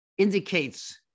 indicates